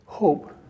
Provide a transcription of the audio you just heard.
Hope